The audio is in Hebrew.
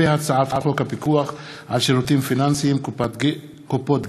הצעת חוק הפיקוח על שירותים פיננסיים (קופות גמל)